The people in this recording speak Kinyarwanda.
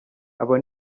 abo